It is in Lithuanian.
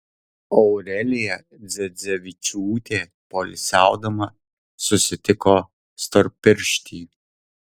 aurelija dzedzevičiūtė poilsiaudama susitiko storpirštį